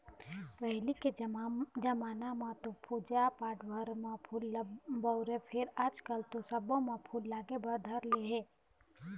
पहिली के जमाना म तो पूजा पाठ भर म फूल ल बउरय फेर आजकल तो सब्बो म फूल लागे भर धर ले हे